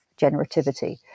generativity